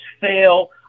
fail